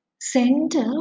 center